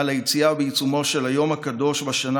על היציאה בעיצומו של היום הקדוש בשנה